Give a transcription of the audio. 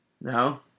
No